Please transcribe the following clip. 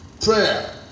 Prayer